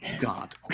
God